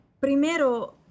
Primero